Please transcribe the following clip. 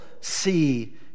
see